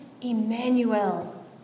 Emmanuel